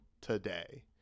today